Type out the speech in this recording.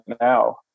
now